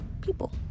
people